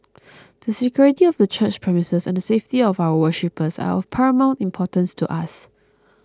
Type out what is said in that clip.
the security of the church premises and the safety of our worshippers are of paramount importance to us